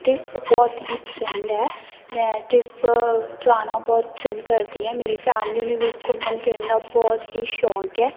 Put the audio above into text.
trip ਬਹੁਤ ਹੀ ਪਸੰਦ ਹੈ ਮੈਂ ਟਰਿਪ ਜਾਣਾ ਬਹੁਤ ਪਸੰਦ ਕਰਦੀ ਹੈ ਮੇਰੀ ਫੈਮਲੀ ਨੂੰ ਵੀ ਘੁੰਮਣ ਫਿਰਨ ਦਾ ਬਹੁਤ ਹੀ ਸ਼ੌਂਕ ਹੈ